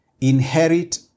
Inherit